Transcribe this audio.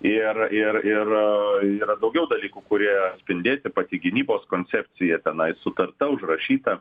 ir ir ir yra daugiau dalykų kurie atspindėti pati gynybos koncepcija tenais sutarta užrašyta